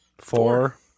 Four